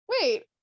Wait